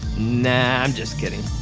no, i'm just kidding,